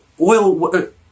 oil